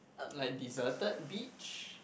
like deserted beach